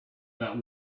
that